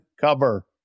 cover